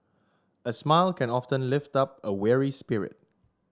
a smile can often lift up a weary spirit